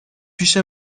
پیش